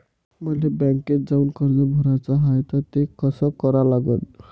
मले बँकेत जाऊन कर्ज भराच हाय त ते कस करा लागन?